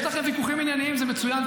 אז כשיש לכם ויכוחים ענייניים זה מצוין,